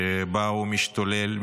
שבה הוא משתולל,